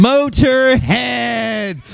Motorhead